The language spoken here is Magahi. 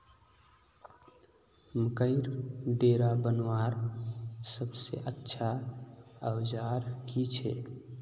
मकईर डेरा बनवार सबसे अच्छा औजार की छे?